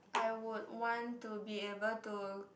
I would to be able to